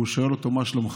והוא שואל אותו: מה שלומך?